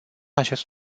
acest